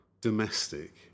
domestic